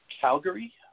Calgary